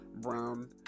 brown